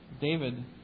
David